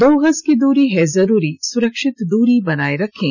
दो गज की दूरी है जरूरी सुरक्षित दूरी बनाए रखें